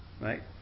right